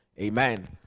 Amen